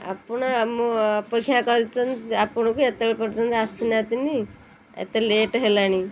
ଆପଣ ଆମକୁ ଅପେକ୍ଷା କରିଛନ୍ତି ଆପଣଙ୍କୁ ଏତେବେଳେ ପର୍ଯ୍ୟନ୍ତ ଆସିନାହାନ୍ତି ନି ଏତେ ଲେଟ୍ ହେଲାଣି